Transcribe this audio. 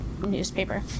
newspaper